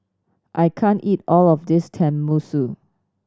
I can't eat all of this Tenmusu